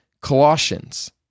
Colossians